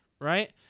right